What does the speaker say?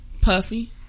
Puffy